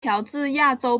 乔治亚州